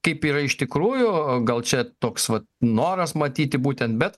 kaip yra iš tikrųjų gal čia toks vat noras matyti būtent bet